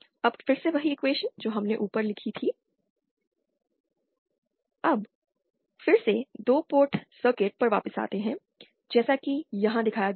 inb1a1P1∆1P2∆2∆ P1S11 P2S21LS12 ∆1 S22L ∆11 S22L ∆21 inS11S12LS211 S22L अब फिर से 2 पोर्ट सर्किट पर वापस आते है जैसा कि यहां दिखाया गया है